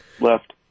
left